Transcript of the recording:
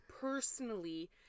personally